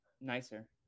nicer